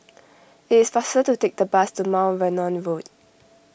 it is faster to take the bus to Mount Vernon Road